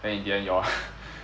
in the end y'all